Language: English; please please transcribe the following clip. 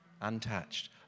untouched